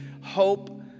hope